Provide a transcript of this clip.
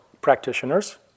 practitioners